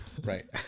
Right